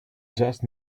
just